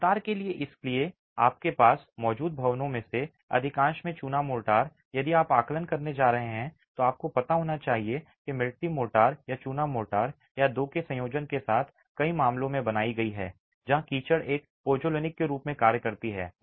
mortar के लिए इसलिए आपके मौजूदा भवनों में से अधिकांश में चूना मोर्टार यदि आप आकलन करने जा रहे हैं तो आपको पता होना चाहिए कि मिट्टी मोर्टार या चूना मोर्टार या दो के संयोजन के साथ कई मामलों में बनाई गई है जहां कीचड़ एक पॉज़्नोलेनिक के रूप में कार्य करती है